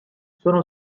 sono